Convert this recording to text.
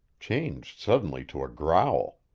changed suddenly to a growl.